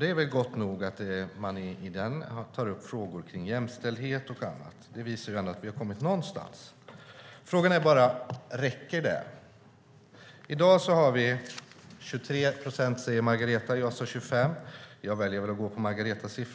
Det är väl gott nog att man i den tar upp frågor kring jämställdhet och annat. Det visar ändå att vi har kommit någonstans. Frågan är bara om det räcker. I dag har vi 23 procent kvinnor i de stora börsbolagens styrelser, säger Margareta Cederfelt.